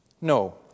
No